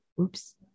Oops